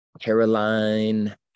Caroline